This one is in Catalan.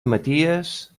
maties